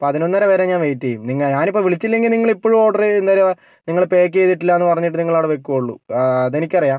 പതിനൊന്നര വരെ ഞാൻ വെയിറ്റ് ചെയ്യും ഞാനിപ്പം വിളിച്ചില്ലെങ്കില് നിങ്ങള് ഇപ്പഴും ഓർഡർ ചെയ്യില്ലല്ലോ നിങ്ങളെ പാക്ക് ചെയ്തിട്ടില്ലാന്ന് പറഞ്ഞിട്ട് നിങ്ങള് അവിടെ നിൽക്കുകയേ ഉള്ളൂ അത് എനിക്കറിയാം